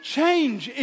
change